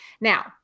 Now